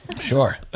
Sure